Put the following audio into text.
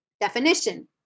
definition